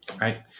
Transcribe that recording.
right